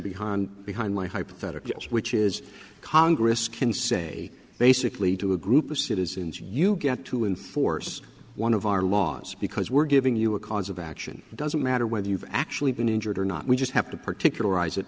behind behind my hypotheticals which is congress can say basically to a group of citizens you get to enforce one of our laws because we're giving you a cause of action doesn't matter whether you've actually been injured or not we just have to particular